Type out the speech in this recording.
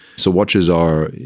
so watches are,